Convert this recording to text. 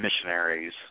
missionaries